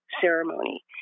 ceremony